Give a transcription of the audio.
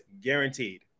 guaranteed